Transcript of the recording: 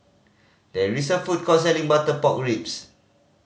there is a food court selling butter pork ribs